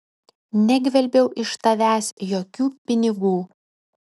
negvelbiau iš tavęs jokių pinigų